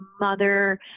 mother